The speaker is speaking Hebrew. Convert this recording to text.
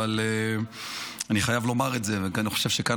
אבל אני חייב לומר את זה: אני חושב שכאן